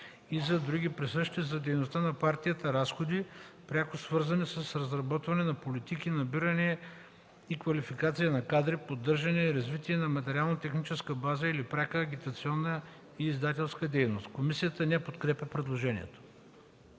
и за други присъщи за дейността на партията разходи, пряко свързани с разработване на политики, набиране и квалификация на кадри, поддържане и развитие на материално-техническата база или пряка агитационна и издателска дейност.” Комисията не подкрепя предложението.